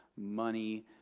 money